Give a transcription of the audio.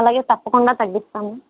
అలాగే తప్పకుండా తగ్గిస్తాను